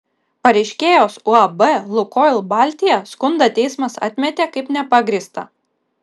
pareiškėjos uab lukoil baltija skundą teismas atmetė kaip nepagrįstą